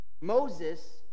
Moses